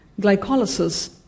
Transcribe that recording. glycolysis